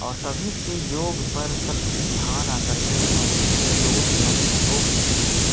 और तभी से योग पर सब की ध्यान आकर्षित हुआ जिससे लोगों के मन में योग बस गया